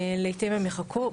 לעיתים הם יחכו.